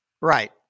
Right